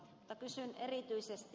mutta kysyn erityisesti